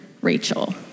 Rachel